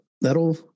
that'll